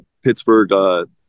Pittsburgh